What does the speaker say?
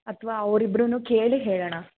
ಅಥವಾ ಅವರಿಬ್ಬರನ್ನು ಕೇಳಿ ಹೇಳೋಣ